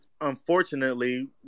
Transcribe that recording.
unfortunately